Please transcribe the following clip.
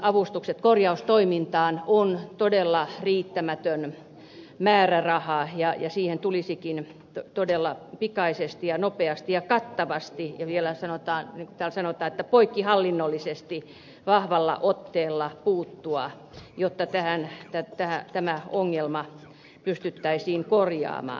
avustuksissa korjaustoimintaan on todella riittämätön määräraha ja siihen tulisikin puuttua todella pikaisesti ja nopeasti ja kattavasti ja vielä niin kuin täällä sanotaan poikkihallinnollisesti vahvalla otteella puhuttua x jota tähän ja jotta tämä ongelma pystyttäisiin korjaamaan